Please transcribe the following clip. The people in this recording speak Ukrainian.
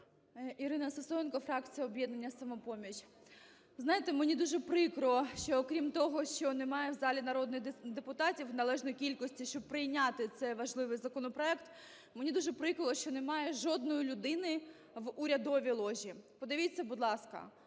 Ірина Сисоєнко, фракція "Об'єднання "Самопоміч". Знаєте, мені дуже прикро, що окрім того, що немає в залі народних депутатів, належної кількості, щоб прийняти цей важливий законопроект, мені дуже прикро, що немає жодної людини в урядовій ложі. Подивіться, будь ласка,